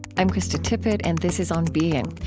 i'm krista tippett, and this is on being.